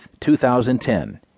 2010